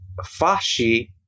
fasci